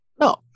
No